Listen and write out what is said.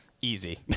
Easy